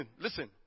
Listen